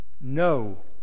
no